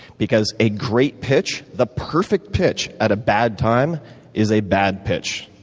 because a great pitch, the perfect pitch at a bad time is a bad pitch.